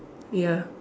ya